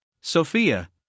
Sophia